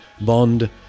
bond